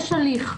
יש הליך,